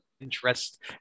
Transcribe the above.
interest